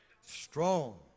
Strong